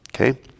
Okay